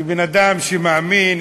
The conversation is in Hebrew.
כבן-אדם שמאמין,